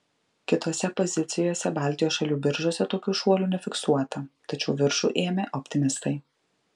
kitose pozicijose baltijos šalių biržose tokių šuolių nefiksuota tačiau viršų ėmė optimistai